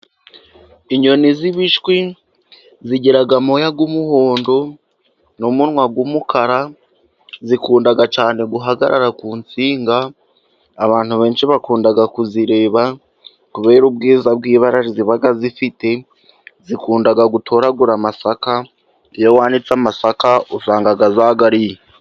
Inyoni z'ibishwi zigira amoya y'umuhondo n'umunwa w'umukara. Zikunda cyane guhagarara ku nsinga. Abantu benshi bakunda kuzireba kubera ubwiza bw'ibara ziba zifite. Zikunda gutoragura amasaka iyo wanitse amasaka usanga zayariye.